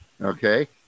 Okay